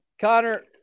Connor